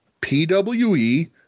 PWE